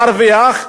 מרוויח,